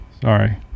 Sorry